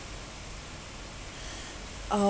um